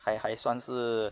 还还算是